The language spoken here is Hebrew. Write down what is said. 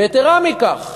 ויתרה מכך,